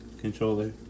controller